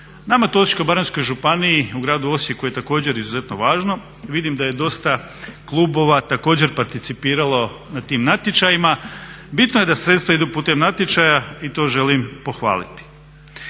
Nama to u Osječko-baranjskoj županiji i gradu Osijeku je također izuzetno važno. Vidim da je dosta klubova također participiralo na tim natječajima. Bitno je da sredstva idu putem natječaja i to želim pohvaliti.